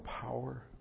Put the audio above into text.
power